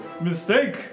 Mistake